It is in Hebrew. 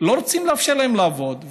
לא רוצים לאפשר להם לעבוד.